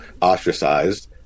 ostracized